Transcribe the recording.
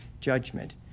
judgment